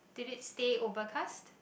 did it stay overcast